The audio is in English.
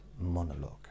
monologue